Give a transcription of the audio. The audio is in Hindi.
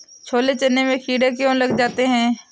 छोले चने में कीड़े क्यो लग जाते हैं?